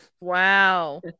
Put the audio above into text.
Wow